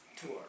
tour